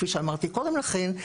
כפי שאמרתי קודם לכן,